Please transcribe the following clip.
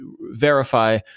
verify